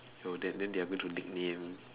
yo then then they happen to nickname